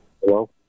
Hello